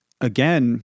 again